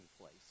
place